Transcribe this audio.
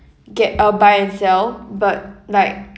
get uh buy and sell but like